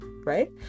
right